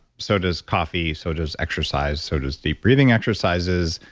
so does coffee, so does exercise, so does deep breathing exercises,